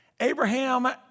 Abraham